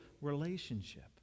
relationship